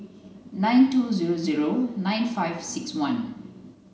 nine two nine five six one